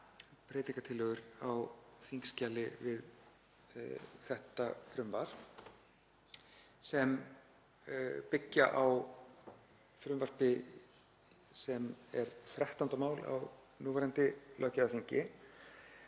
breytingartillögur á þingskjali við þetta frumvarp sem byggjast á frumvarpi sem er 13. mál á núverandi löggjafarþingi,